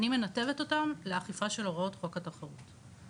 אני מנתבת אותם לאכיפה של הוראות החוק התחרות.